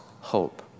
hope